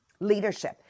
leadership